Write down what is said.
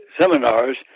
seminars